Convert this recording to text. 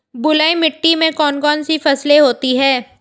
बलुई मिट्टी में कौन कौन सी फसलें होती हैं?